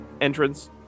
entrance